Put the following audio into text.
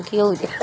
केओ जाए